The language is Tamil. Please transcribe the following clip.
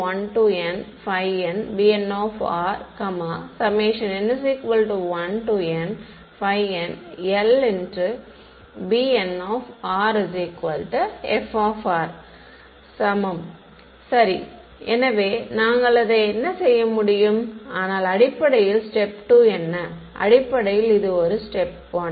மாணவர் சமம் சரி எனவே நாங்கள் அதை செய்ய முடியும் ஆனால் அடிப்படையில் ஸ்டேப் 2 என்ன அடிப்படையில் இது ஒரு ஸ்டேப் 1